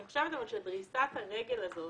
אני חושבת שדריסת הרגל הזאת